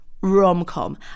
rom-com